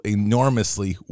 enormously